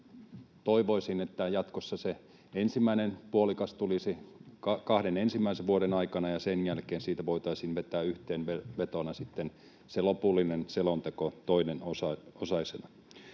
Toivoisin, että jatkossa se ensimmäinen puolikas tulisi kahden ensimmäisen vuoden aikana ja sen jälkeen siitä voitaisiin vetää yhteenvetona sitten se lopullisen selonteon toinen osa.